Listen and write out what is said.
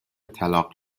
طلاق